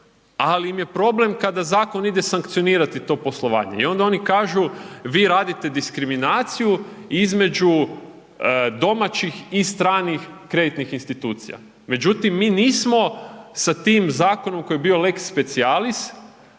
ali im je problem kad zakon ide sankcionirati to poslovanje. I oni kažu, vi radite diskriminaciju između domaćih i stranih kreditnih institucija, međutim, mi nismo sa tim zakonom koji je bio lex specialis,